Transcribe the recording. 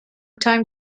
time